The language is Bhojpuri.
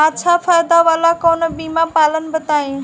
अच्छा फायदा वाला कवनो बीमा पलान बताईं?